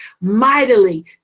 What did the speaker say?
mightily